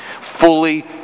Fully